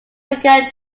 began